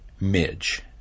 Midge